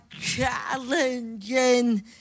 challenging